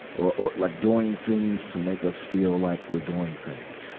or, or, like doing things to make us feel like we're doing things.